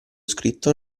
scritto